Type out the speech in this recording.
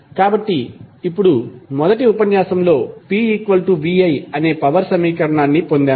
కాబట్టి ఇప్పుడు మొదటి ఉపన్యాసంలో pvi అనే పవర్ సమీకరణాన్ని పొందాము